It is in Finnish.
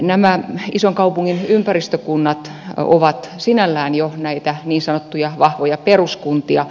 nämä ison kaupungin ympäristökunnat ovat sinällään jo näitä niin sanottuja vahvoja peruskuntia